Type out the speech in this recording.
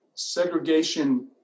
segregation